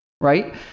right